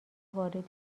وارد